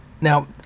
Now